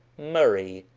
murray.